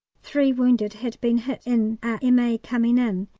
three wounded had been hit in a m a. coming in,